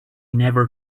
never